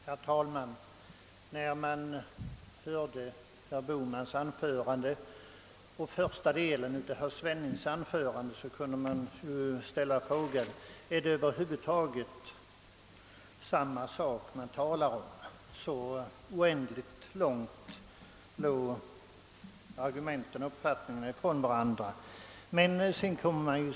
Herr talman! När man lyssnade till herr Bohmans anförande och första delen av herr Svennings kunde man ställa frågan: Är det över huvud taget samma sak de talar om? Så oändligt långt från varandra låg deras argument och uppfattningar.